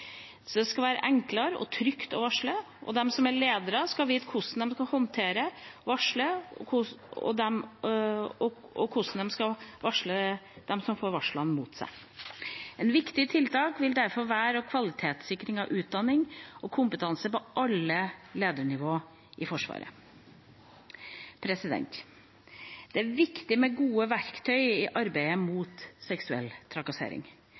Det skal være enkelt og trygt å varsle, og de som er ledere, skal vite hvordan de skal håndtere både den som varsler, og den som får varsel mot seg. Et viktig tiltak vil derfor være kvalitetssikring av utdanning og kompetanse på alle ledernivåer i Forsvaret. Det er viktig med gode verktøy i arbeidet mot seksuell trakassering.